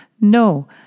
No